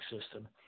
system